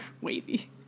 wavy